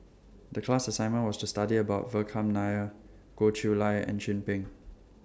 The class assignment was to study about Vikram Nair Goh Chiew Lye and Chin Peng